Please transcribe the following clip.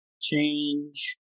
change